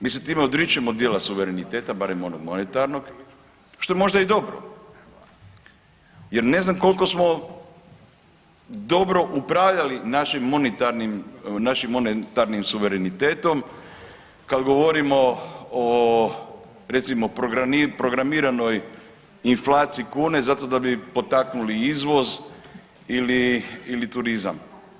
Mi se time odričemo dijela suvereniteta, barem onog monetarnog što je možda i dobro, jer ne znam koliko smo dobro upravljali našim monetarnim suverenitetom kad govorimo o recimo programiranoj inflaciji kune zato da bi potaknuli izvoz ili turizam.